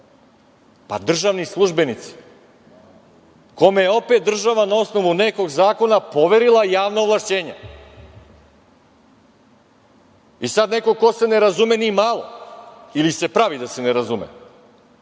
Državni službenici kome je opet država na osnovu nekog zakona poverila javna ovlašćenja i sada neko ko se ne razume ni malo ili se pravi da se ne razume